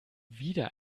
wieder